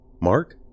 Mark